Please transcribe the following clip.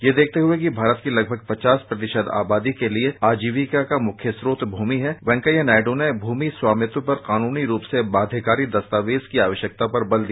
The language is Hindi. यह देखते हए कि भारत की लगभग पचास प्रतिशत आबादी के लिए आजीविका का मुख्य स्रोत भूमि है वेंकैया नायड् ने भूमि स्वामित्व पर कानूनी रूप से बाध्यकारी दस्तावेज की आवश्यकता पर बल दिया